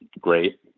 great